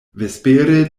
vespere